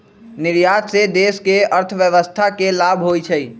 निर्यात से देश के अर्थव्यवस्था के लाभ होइ छइ